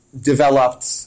Developed